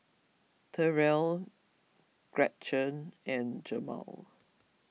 Terell Gretchen and Jemal